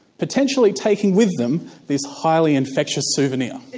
potentially taking with them this highly infectious souvenir.